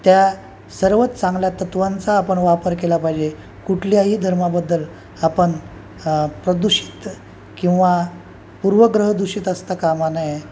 त्या सर्वच चांगल्या तत्त्वांचा आपण वापर केला पाहिजे कुठल्याही धर्माबद्दल आपण प्रदूषित किंवा पूर्वग्रहदूषित असता कामा नये